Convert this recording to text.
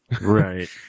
Right